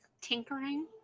tinkering